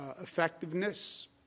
effectiveness